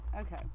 Okay